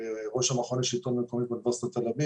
כראש המכון לשלטון מקומי באוניברסיטת תל אביב